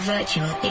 Virtual